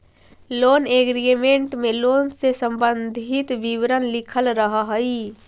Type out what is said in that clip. loan agreement में loan से संबंधित विवरण लिखल रहऽ हई